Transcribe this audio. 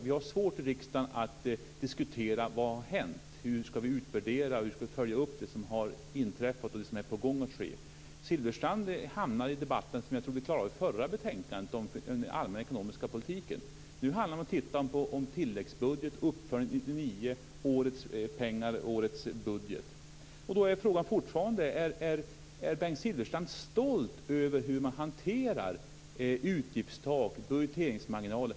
Vi har i riksdagen svårt att diskutera det som har hänt, hur vi ska utvärdera och följa det som har inträffat och det som är på gång att ske. Silfverstrand hamnar i den debatt vi hade om det föregående betänkandet, nämligen den allmänna ekonomiska politiken. Nu handlar det om att titta på tilläggsbudget och uppföljning av årets pengar och årets budget. Är Bengt Silfverstrand stolt över hur man hanterar utgiftstak och budgeteringsmarginaler?